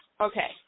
okay